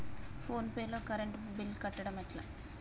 Phone pay లో current bill కట్టడం ఎట్లా?